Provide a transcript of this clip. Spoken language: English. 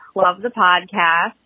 love the podcast.